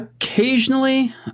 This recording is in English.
Occasionally